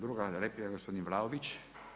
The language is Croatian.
Druga replika gospodin Vlaović.